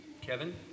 Kevin